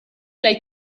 lei